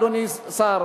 אדוני השר,